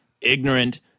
ignorant